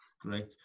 great